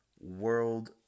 world